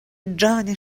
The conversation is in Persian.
جان